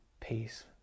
peace